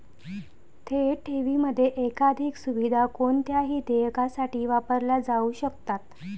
थेट ठेवींमधील एकाधिक सुविधा कोणत्याही देयकासाठी वापरल्या जाऊ शकतात